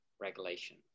regulation